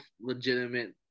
legitimate